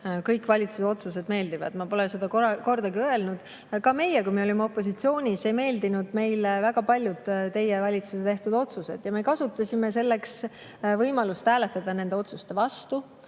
kõik valitsuse otsused meeldivad. Ma pole seda kordagi öelnud. Kui me olime opositsioonis, ei meeldinud ka meile väga paljud teie valitsuse tehtud otsused. Me kasutasime võimalust hääletada nende otsuste vastu